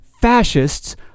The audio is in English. fascists